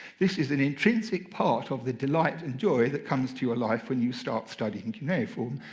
this is an intrinsic part of the delight and joy that comes to your life when you start studying cuneiform.